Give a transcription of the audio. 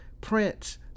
Prince